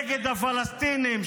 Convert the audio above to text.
נגד הפלסטינים,